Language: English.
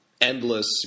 endless